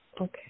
Okay